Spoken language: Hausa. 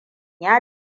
ya